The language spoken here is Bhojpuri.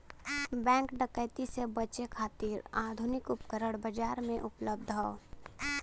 बैंक डकैती से बचे खातिर आधुनिक उपकरण बाजार में उपलब्ध हौ